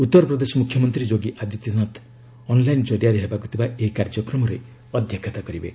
ଉତ୍ତରପ୍ରଦେଶ ମୁଖ୍ୟମନ୍ତ୍ରୀ Yogi Adityanath online ଜରିଆରେ ହେବାକୁ ଥିବା ଏହି କାର୍ଯ୍ୟକ୍ରମରେ ଅଧ୍ୟକ୍ଷତା କରିବେ